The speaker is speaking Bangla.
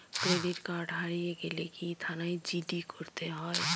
ক্রেডিট কার্ড হারিয়ে গেলে কি থানায় জি.ডি করতে হয়?